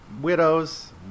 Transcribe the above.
widows